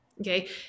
Okay